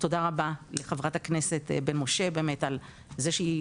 תודה רבה לחברת הכנסת בן משה על זה שהיא